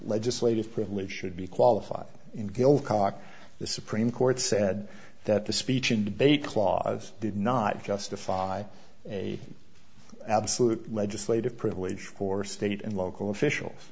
legislative privilege should be qualified in gil cock the supreme court said that the speech and debate clause did not justify a absolute legislative privilege for state and local officials